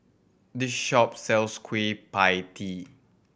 this shop sells Kueh Pie Tee